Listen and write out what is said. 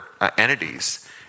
entities